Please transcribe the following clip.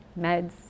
meds